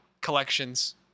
collections